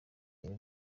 iri